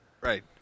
Right